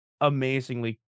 amazingly